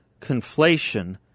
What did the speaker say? conflation